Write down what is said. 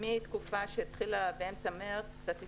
מהתקופה שהתחילה באמצע מרץ, קצת לפני,